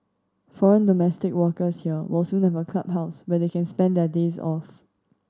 foreign domestic workers here will soon have a clubhouse where they can spend their days off